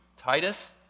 Titus